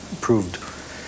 proved